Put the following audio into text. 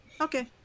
Okay